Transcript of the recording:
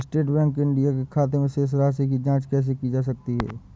State bank of India के खाते की शेष राशि की जॉंच कैसे की जा सकती है?